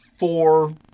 Four